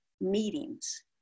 meetings